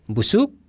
Busuk